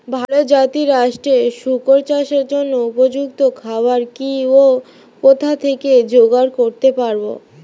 ভালো জাতিরাষ্ট্রের শুকর চাষের জন্য উপযুক্ত খাবার কি ও কোথা থেকে জোগাড় করতে পারব?